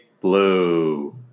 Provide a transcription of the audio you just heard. Blue